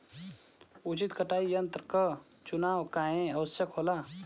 उचित कटाई यंत्र क चुनाव काहें आवश्यक होला?